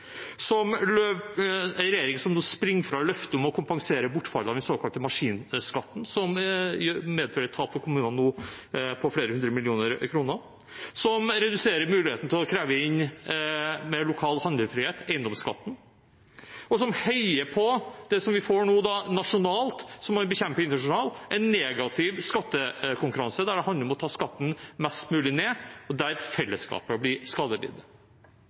regjering som nå springer fra løftet om å kompensere bortfallet av den såkalte maskinskatten, som nå medfører et tap for kommunene på flere hundre millioner kroner, som reduserer muligheten til å kreve inn, med lokal handlefrihet, eiendomsskatten, og som heier på det vi nå får nasjonalt, og som man bekjemper internasjonalt: en negativ skattekonkurranse der det handler om å ta skatten mest mulig ned, og der fellesskapet blir skadelidende.